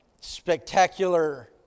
spectacular